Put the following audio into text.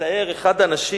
שמתאר אחד האנשים